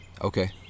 Okay